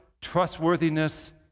trustworthiness